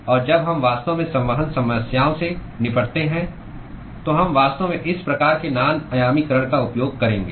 और जब हम वास्तव में संवहन समस्याओं से निपटते हैं तो हम वास्तव में इस प्रकार के नान आयामीकरण का उपयोग करेंगे